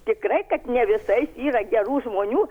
tikrai kad ne visai yra gerų žmonių